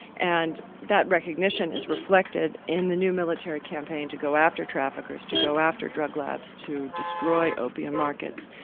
and that recognition is reflected in the new military campaign to go after traffickers, to go after drug labs to destroy opium markets.